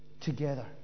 together